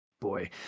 Boy